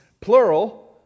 plural